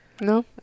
no